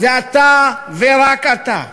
זה אתה ורק אתה.